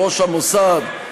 ראש המוסד,